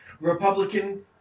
Republican